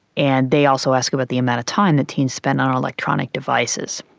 and they also ask about the amount of time that teens spend on electronic devices.